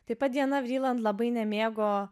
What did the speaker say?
taip pat diana vriland labai nemėgo